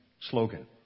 slogan